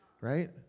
right